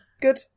Good